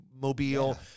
Mobile